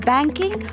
Banking